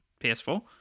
PS4